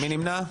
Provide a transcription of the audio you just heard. מי נמנע?